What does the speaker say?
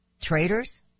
Traitors